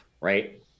right